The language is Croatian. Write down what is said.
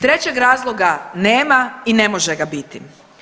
Trećeg razloga nema i ne može ga biti.